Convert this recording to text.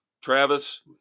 Travis